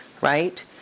right